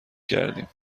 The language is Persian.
کردیم